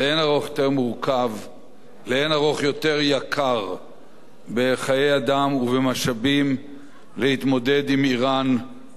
לאין-ערוך יותר יקר בחיי אדם ובמשאבים להתמודד עם אירן גרעינית בעתיד.